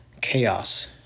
chaos